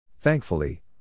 Thankfully